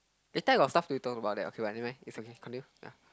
that time got stuff we talk about that but never mind it's okay continue ya